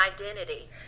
identity